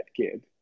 kid